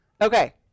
Okay